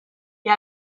gli